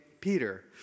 Peter